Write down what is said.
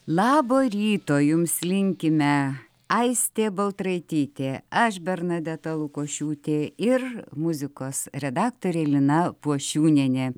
labo ryto jums linkime aistė baltraitytė aš bernadeta lukošiūtė ir muzikos redaktorė lina pošiūnienė